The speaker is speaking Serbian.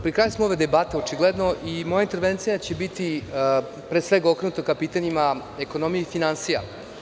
pri kraju smo ove debate očigledno i moja intervencija će biti okrenuta ka pitanjima ekonomije i finansija.